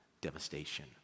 devastation